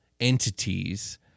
entities